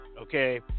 Okay